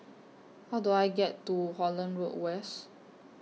How Do I get to Holland Road West